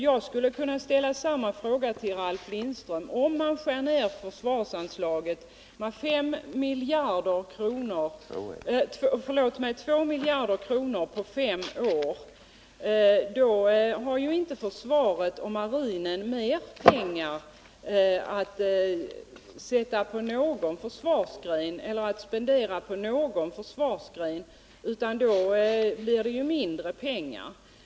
Jag skulle kunna svara Ralf Lindström genom att säga: Om man skär ner förslagsanslaget med 2 miljarder kronor på fem år, har ju försvaret inte fått mer pengar att spendera på någon försvarsgren, utan då blir det i stället mindre pengar.